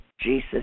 Jesus